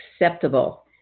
acceptable